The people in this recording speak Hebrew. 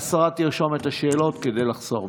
השרה תרשום את השאלות כדי לחסוך בזמן.